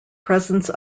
presence